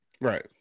Right